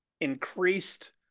increased